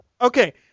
Okay